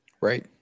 Right